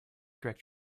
correct